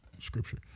scripture